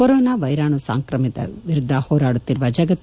corona ವೈರಾಣು ಸಾಂಕಾಮಿಕದ ವಿರುದ್ಧ ಹೋರಾಡುತ್ತಿರುವ ಜಗತ್ತು